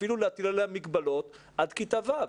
אפילו להטיל עליה מגבלות עד כיתה ו'.